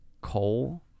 coal